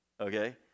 okay